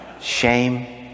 Shame